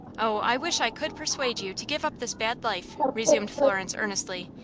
oh, i wish i could persuade you to give up this bad life, resumed florence, earnestly,